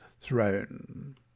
throne